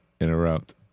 interrupt